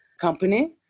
company